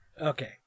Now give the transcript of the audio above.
Okay